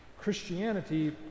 Christianity